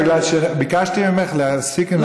אלא בגלל שאני ביקשתי ממך להפסיק עם,